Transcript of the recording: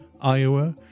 Iowa